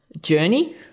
journey